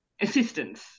assistance